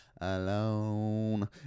alone